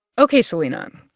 ok, selena,